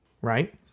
right